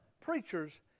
preachers